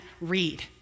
read